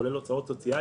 כולל הוצאות סוציאליות,